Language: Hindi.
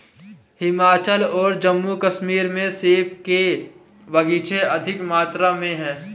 हिमाचल और जम्मू कश्मीर में सेब के बगीचे अधिक मात्रा में है